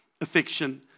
affection